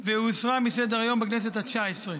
והיא הוסרה מסדר-היום בכנסת התשע-עשרה.